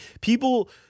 people